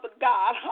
God